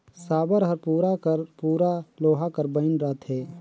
साबर हर पूरा कर पूरा लोहा कर बइन रहथे